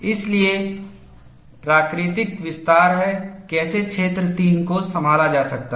इसलिए प्राकृतिक विस्तार है कैसे क्षेत्र 3 को संभाला जा सकता है